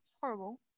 horrible